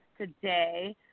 today